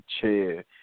chair